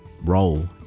role